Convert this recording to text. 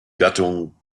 gattung